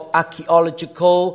archaeological